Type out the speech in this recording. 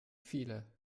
viele